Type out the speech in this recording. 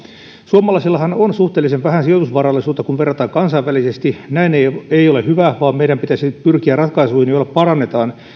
suomalaisillahan on suhteellisen vähän sijoitusvarallisuutta kun verrataan kansainvälisesti näin ei ei ole hyvä vaan meidän pitäisi pyrkiä ratkaisuihin joilla parannetaan